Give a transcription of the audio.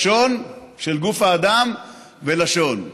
לשון של גוף האדם ולשון.